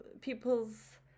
people's